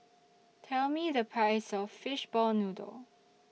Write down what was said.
Tell Me The Price of Fishball Noodle